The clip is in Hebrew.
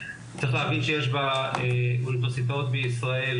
צריך להבין שיש באוניברסיטאות בישראל,